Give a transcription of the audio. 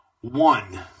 One